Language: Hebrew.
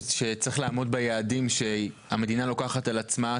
שצריך לעמוד ביעדים שהמדינה לוקחת על עצמה,